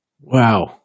Wow